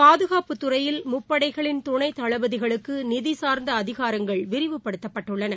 பாதுகாப்புத் துறையில் முப்படைகளின் துணைதளபதிகளுக்குநிதிசார்ந்தஅதிகாரங்கள் விரிவுபடுத்தப்பட்டுள்ளன